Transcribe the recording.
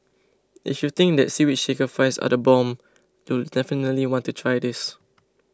if you think that Seaweed Shaker Fries are the bomb you'll definitely want to try this